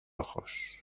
ojos